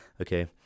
okay